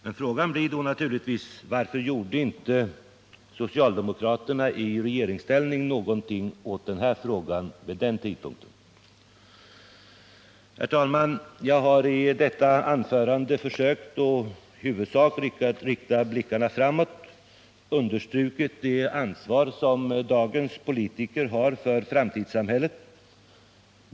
Men frågan blir då naturligtvis: Varför gjorde inte socialdemokraterna i regeringsställning någonting åt den här frågan vid den tidpunkten? Herr talman! Jag har i detta anförande försökt att i huvudsak rikta blickarna framåt och understryka det ansvar som dagens politiker har för framtidssamhället.